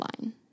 line